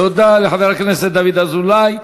תודה לחבר הכנסת דוד אזולאי.